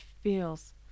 feels